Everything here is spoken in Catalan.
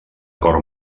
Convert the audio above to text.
cor